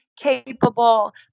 capable